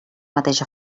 mateix